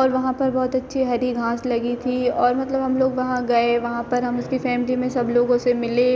और वहाँ पर बहुत अच्छी हरी घास लगी थी और मतलब हम लोग वहाँ गए वहाँ पर हम उसकी फैमिली में सब लोगों से मिले